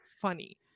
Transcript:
funny